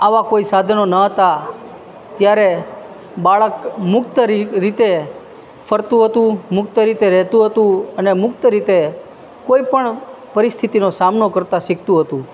આવા કોઈ સાધનો ન હતાં ત્યારે બાળક મુક્ત રીતે ફરતું હતું મુક્ત રીતે રહેતું હતું અને મુક્ત રીતે કોઈપણ પરિસ્થિતિનો સામનો કરતાં શીખતું હતું